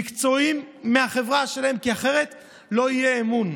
מקצועיים, מהחברה שלה, כי אחרת לא יהיה אמון.